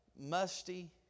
musty